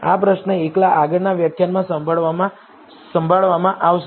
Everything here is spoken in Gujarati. આ પ્રશ્ન એકલા આગળના વ્યાખ્યાનમાં સંભાળવામાં આવશે